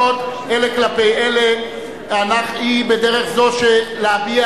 אלה כלפי אלה היא בדרך זאת של להביע